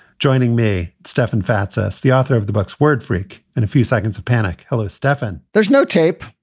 joining me, stefan fatsis, the author of the book word freak in a few seconds of panic. hello, stefan there's no tape.